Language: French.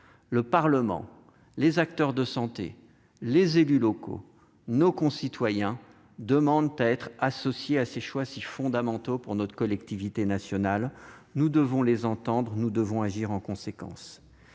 Le Parlement, les acteurs de santé, les élus locaux et nos concitoyens demandent à être associés à ces choix si fondamentaux pour notre collectivité nationale. Nous devons les entendre et agir en conséquence.